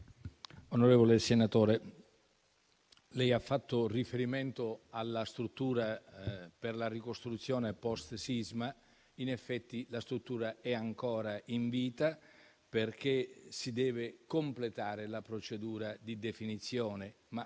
Onorevole senatore, lei ha fatto riferimento alla struttura per la ricostruzione *post*-sisma. In effetti, la struttura è ancora in vita, perché si deve completare la procedura di definizione,